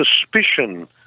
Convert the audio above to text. suspicion